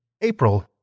April